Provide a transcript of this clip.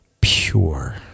pure